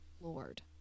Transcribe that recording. lord